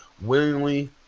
willingly